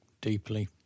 deeply